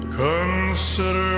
consider